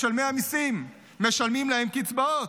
משלמי המיסים משלמים להם קצבאות.